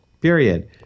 Period